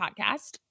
podcast